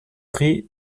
prix